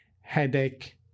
headache